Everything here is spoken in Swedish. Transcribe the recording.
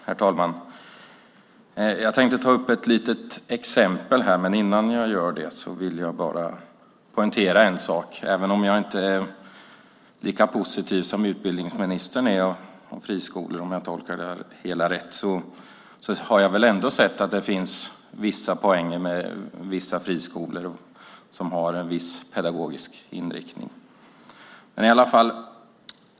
Herr talman! Jag tänkte ta upp ett litet exempel här, men innan jag gör det vill jag bara poängtera en sak. Även om jag inte är lika positiv som utbildningsministern är till friskolorna om jag tolkar det hela rätt har jag väl ändå sett att det finns vissa poänger med vissa friskolor som har en viss pedagogisk inriktning.